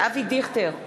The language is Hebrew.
אבי דיכטר,